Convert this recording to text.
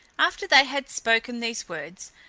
after they had spoken these words,